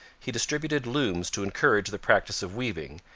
he distributed looms to encourage the practice of weaving,